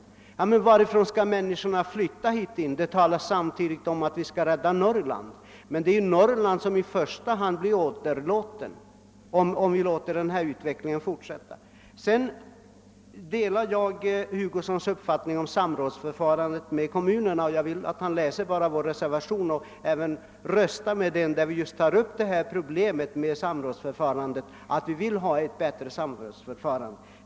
Och varifrån skall människorna flytta till dessa storstadsområden? Det talas samtidigt. om att vi skall rädda Norrland, men det är ju Norrland som i första hand blir åderlåtet, om denna utveckling får fortsätta. Jag delar herr Hugossons uppfattning om samrådsförfarandet när det gäller kommunerna, och jag vill att herr Hugosson läser vår reservation och även röstar för denna. Där tar vi upp problemet med samrådsförfarandet och förklarar att vi vill ha ett bättre sådant.